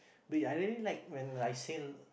I really like when I sail